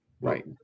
right